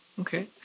Okay